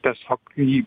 tiesiog jį